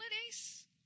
holidays